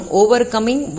overcoming